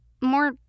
more